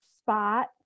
spot